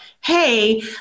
hey